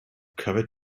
covered